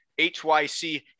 HYC